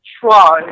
try